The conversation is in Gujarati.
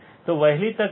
તો વહેલી તકે શું થશે